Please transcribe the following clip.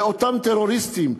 לאותם טרוריסטים,